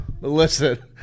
Listen